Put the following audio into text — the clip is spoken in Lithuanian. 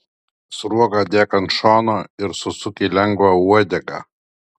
sruogą dėk ant šono ir susuk į lengvą uodegą